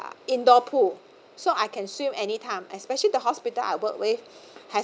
indoor pool so I can swim anytime especially the hospital I work with has